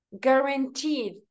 guaranteed